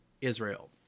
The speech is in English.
israel